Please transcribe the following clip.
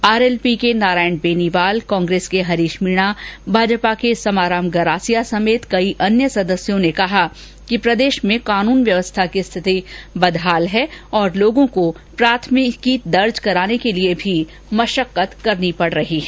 RLP के नारायण बेनीवाल कांग्रेस के हरीश मीना भाजपा के समाराम गरासिया समेत कई अन्य सदस्यों ने कहा कि प्रदेश में कानून व्यवस्था की स्थिति बदहाल है और लोगों को प्राथमिकी दर्ज कराने के लिए मशक्कत करनी पड़ रही है